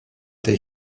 tej